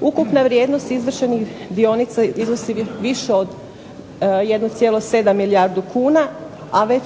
Ukupna vrijednost izvršenih dionica iznosi više od 1,7 milijardu kuna, a već